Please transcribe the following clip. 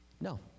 No